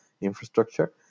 infrastructure